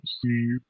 see